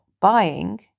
buying